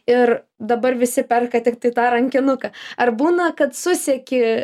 ir dabar visi perka tiktai tą rankinuką ar būna kad suseki